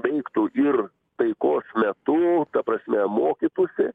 veiktų ir taikos metu ta prasme mokytųsi